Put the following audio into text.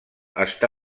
està